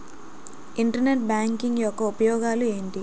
Internet banking యెక్క ఉపయోగాలు ఎంటి?